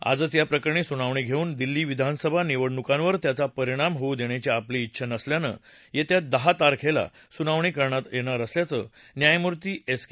आजच या प्रकरणी सुनावणी घेऊन दिल्ली विधानसभा निवडणुकांवर त्याचा परिणाम होऊ देण्याची आपली डेछा नसल्यानं येत्या दहा तारखेला सुनावणी करणार असल्याचं न्यायमूर्ती एस के